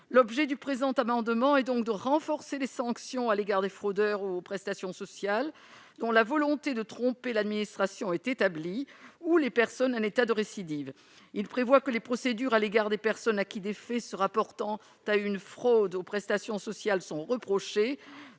L'objet du présent amendement est donc de renforcer les sanctions à l'égard des fraudeurs aux prestations sociales dont la volonté de tromper l'administration est établie, ou de personnes en état de récidive. Il prévoit que des procédures à l'égard de personnes à qui des faits se rapportant à une fraude aux prestations sociales sont reprochés